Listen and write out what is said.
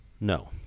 No